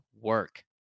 work